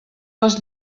les